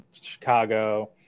Chicago